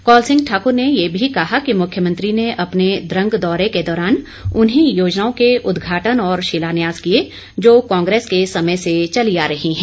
कौल सिंह ठाकुर ने ये भी कहा कि मुख्यमंत्री ने अपने द्रंग दौरे के दौरान उन्ही योजनाओं के उद्घाटन और शिलान्यास किए जो कांग्रेस के समय से चली आ रही है